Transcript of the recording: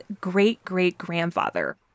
great-great-grandfather